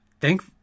thank